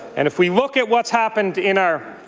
and if we look at what's happened in our